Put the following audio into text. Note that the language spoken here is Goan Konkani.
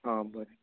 आं बरें